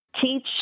teach